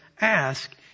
ask